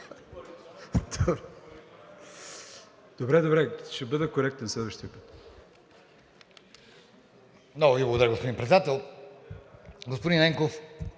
Добре, добре, ще бъда коректен следващия път.